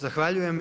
Zahvaljujem.